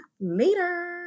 later